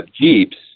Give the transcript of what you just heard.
Jeeps